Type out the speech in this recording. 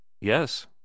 Yes